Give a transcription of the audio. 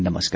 नमस्कार